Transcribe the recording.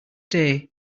day